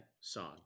song